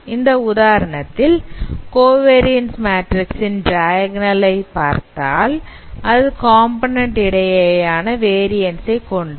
இந்த உதாரணத்தில் covariance matrix ன் டயகனல் பார்த்தால் அது காம்போநன்ண்ட் இடையேயான வேரியன்ஸ் ஐ கொண்டது